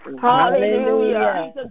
Hallelujah